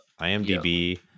imdb